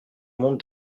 monde